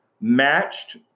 matched